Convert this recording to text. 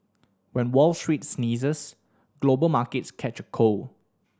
when Wall Street sneezes global markets catch a cold